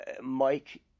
Mike